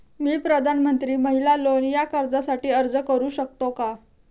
मी प्रधानमंत्री महिला लोन या कर्जासाठी अर्ज करू शकतो का?